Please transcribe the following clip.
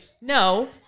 no